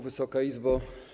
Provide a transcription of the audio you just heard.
Wysoka Izbo!